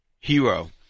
hero